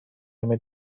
همه